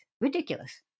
Ridiculous